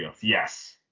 Yes